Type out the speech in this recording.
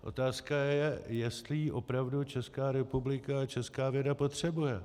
Otázka je, jestli ji opravdu Česká republika a česká věda potřebuje.